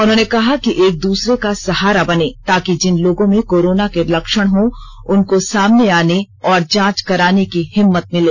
उन्होंने कहा कि एक दूसरे का सहारा बनें ताकि जिन लोगों में कोरोना के लक्षण हो उनको सामने आने और जांच कराने की हिम्मत मिले